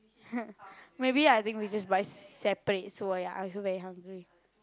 maybe I think we just buy separate so I I also very hungry